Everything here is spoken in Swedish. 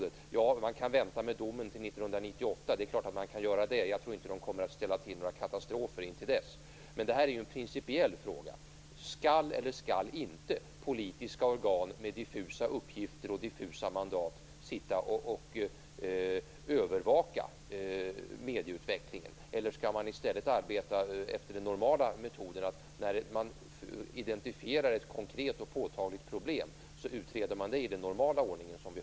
Det är klart att man kan vänta med domen till 1998. Jag tror inte att de kommer att ställa till några katastrofer intill dess. Men detta är ju en principiell fråga. Skall eller skall inte politiska organ med diffusa uppgifter och diffusa mandat övervaka medieutvecklingen? Skall man i stället arbeta efter den normala metoden att när man identifierar ett konkret och påtagligt problem utreder man det?